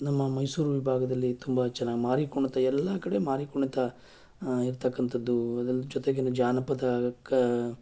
ನಮ್ಮ ಮೈಸೂರು ವಿಭಾಗದಲ್ಲಿ ತುಂಬ ಚೆನ್ನಾಗ್ ಮಾರಿ ಕುಣಿತ ಎಲ್ಲ ಕಡೆ ಮಾರಿ ಕುಣಿತ ಇರ್ತಕ್ಕಂಥದ್ದು ಅದ್ರ ಜೊತೆಗಿನ್ನು ಜಾನಪದ ಕ